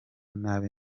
nabi